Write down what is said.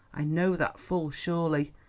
i know that full surely.